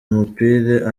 umupira